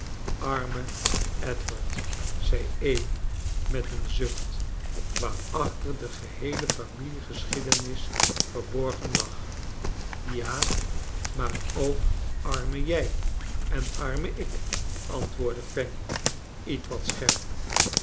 arme eduardi zei amy met een zucht waarachter de geheele familiegeschiedenis verborgen lag ja maar ook arme jij en arme ik antwoordde fanny ietwat scherp